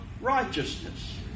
righteousness